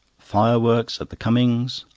fireworks at the cummings'.